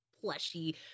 plushy